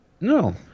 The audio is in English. no